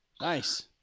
Nice